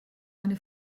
eine